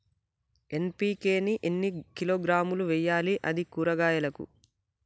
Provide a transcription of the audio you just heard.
NPK ని ఎన్ని కిలోగ్రాములు వెయ్యాలి? అది కూరగాయలకు?